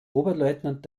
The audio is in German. oberleutnant